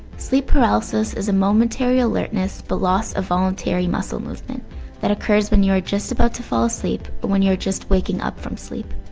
sleep paralysis is a momentary alertness but loss a voluntary muscle movement that occurs when you are just about to fall asleep or when you're just waking up from sleep.